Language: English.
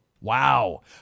Wow